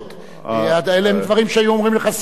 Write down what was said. אלה דברים שהיו אומרים לך שרים מכל,